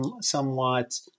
Somewhat